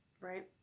right